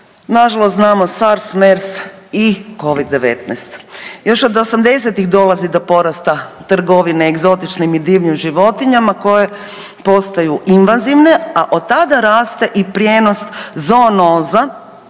nažalost znamo SARS, MERS i Covid-19. Još od 80.-tih dolazi do porasta trgovine egzotičnim i divljim životinjama koje postaju invazivne, a od tada raste i prijenos zoonoza